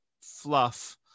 fluff